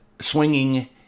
swinging